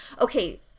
Okay